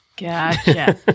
Gotcha